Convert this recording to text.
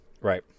Right